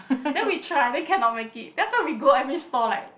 then we try then cannot make it then after we go every stall like